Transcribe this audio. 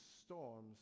storms